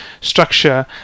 structure